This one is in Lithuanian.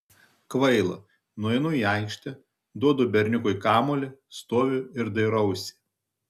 kvaila nueinu į aikštę duodu berniukui kamuolį stoviu ir dairausi